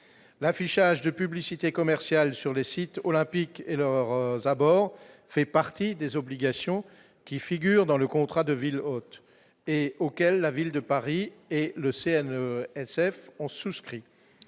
l'affichage de publicités commerciales sur les sites olympiques et leurs abords, fait partie des obligations qui figure dans le contrat de ville hôte et auquel la Ville de Paris et le CNE SF ont souscrit,